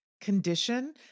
condition